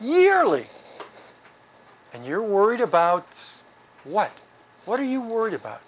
yearly and you're worried about this what what are you worried about